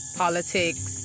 politics